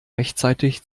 rechtzeitig